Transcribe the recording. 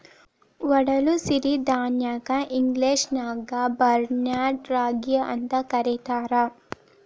ಒಡಲು ಸಿರಿಧಾನ್ಯಕ್ಕ ಇಂಗ್ಲೇಷನ್ಯಾಗ ಬಾರ್ನ್ಯಾರ್ಡ್ ರಾಗಿ ಅಂತ ಕರೇತಾರ